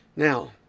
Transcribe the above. Now